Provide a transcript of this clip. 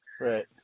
Right